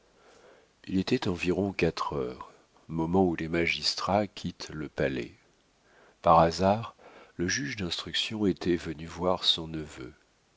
il était environ quatre heures moment où les magistrats quittent le palais par hasard le juge d'instruction était venu voir son neveu